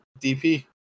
DP